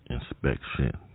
Inspection